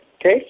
okay